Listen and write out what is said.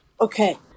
Okay